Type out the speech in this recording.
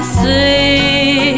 see